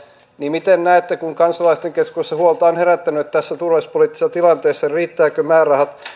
niin miten näette kun kansalaisten keskuudessa huolta on herättänyt tässä turvallisuuspoliittisessa tilanteessa riittävätkö määrärahat